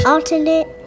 Alternate